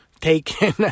taken